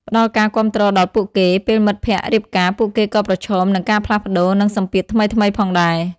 ផ្តល់ការគាំទ្រដល់ពួកគេ ពេលមិត្តភក្តិរៀបការ ពួកគេក៏ប្រឈមនឹងការផ្លាស់ប្តូរ និងសម្ពាធថ្មីៗផងដែរ។